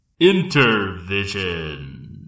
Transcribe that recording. Intervision